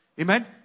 Amen